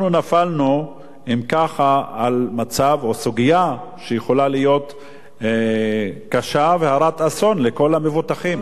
אנחנו נפלנו אם כך על סוגיה שיכולה להיות קשה והרת אסון לכל המבוטחים,